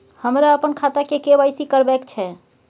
हमरा अपन खाता के के.वाई.सी करबैक छै